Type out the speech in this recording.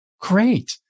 Great